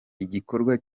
igikorwa